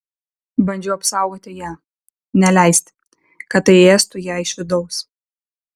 bandžiau apsaugoti ją neleisti kad tai ėstų ją iš vidaus